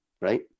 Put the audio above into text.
right